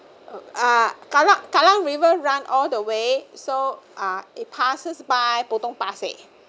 uh kallang kallang river run all the way so uh it passes by potong pasir